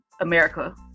America